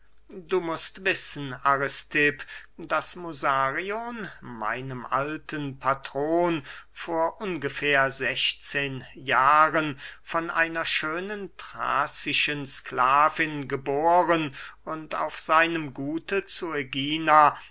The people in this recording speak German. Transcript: du mußt wissen aristipp daß musarion meinem alten patron vor ungefähr sechzehn jahren von einer schönen thrazischen sklavin geboren und auf seinem gute zu ägina